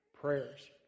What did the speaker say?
prayers